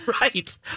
right